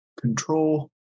Control